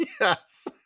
Yes